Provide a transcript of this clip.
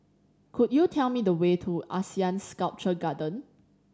could you tell me the way to ASEAN Sculpture Garden